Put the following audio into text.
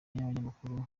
n’abanyamakuru